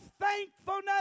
thankfulness